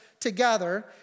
together